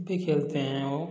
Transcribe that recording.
अब भी खेलते हैं वो